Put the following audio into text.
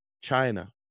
China